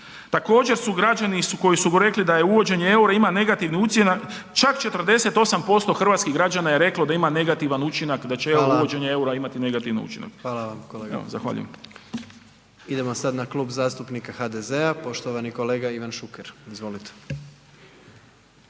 Također su građani koji su rekli da uvođenje EUR-a ima negativni utjecaj čak 48% hrvatskih građana je reklo da ima negativan učinak da …/Upadica: Hvala./… će uvođenje EUR-a imati negativni učinak. Zahvaljujem. **Jandroković, Gordan (HDZ)** Hvala vam. Idemo sad Klub zastupnika HDZ-a poštovani kolega Ivan Šuker. Izvolite.